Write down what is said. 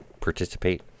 participate